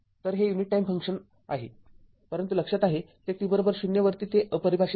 तर हे unit time function आहे परंतु लक्षात आहे ते t० वरती ते अपरिभाषित आहे